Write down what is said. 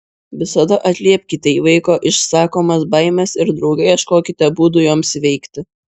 visada atliepkite į vaiko išsakomas baimes ir drauge ieškokite būdų joms įveikti